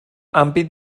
ampit